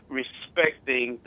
respecting